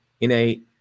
innate